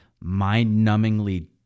mind-numbingly